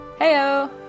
heyo